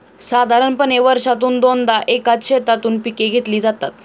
साधारणपणे वर्षातून दोनदा एकाच शेतातून पिके घेतली जातात